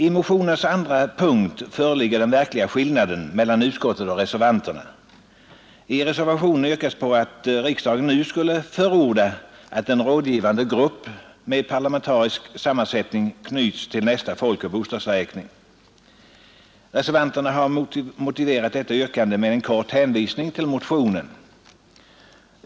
I motionens andra punkt föreligger den verkliga skillnaden mellan utskottet och reservanterna. I reservationen yrkas att riksdagen nu skulle förorda att en rådgivande grupp med parlamentarisk sammansättning knyts till nästa folkoch bostadsräkning. Reservanterna har motiverat detta yrkande med en kort hänvisning till motionen.